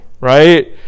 Right